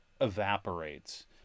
evaporates